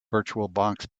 virtualbox